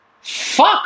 fuck